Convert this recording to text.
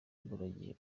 imburagihe